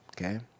Okay